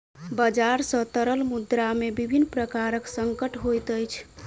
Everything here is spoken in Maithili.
बजार सॅ तरल मुद्रा में विभिन्न प्रकारक संकट होइत अछि